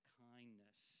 kindness